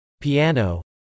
piano